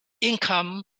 income